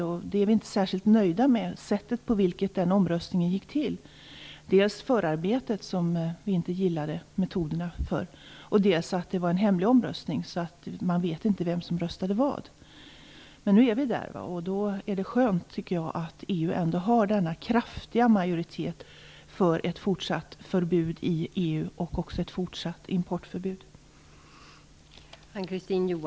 Sättet på vilket den omröstningen gick till är vi inte särskilt nöjda med. Det var dels metoderna i förarbetet som vi inte gillade, dels att det var en hemlig omröstning. Man vet inte vem som röstade hur. Men nu är vi där. Då är det skönt att EU ändå har denna kraftiga majoritet för ett fortsatt förbud i EU och ett fortsatt importförbud.